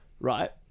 Right